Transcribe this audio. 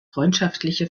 freundschaftliche